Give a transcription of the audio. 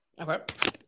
Okay